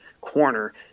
corner